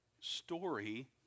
story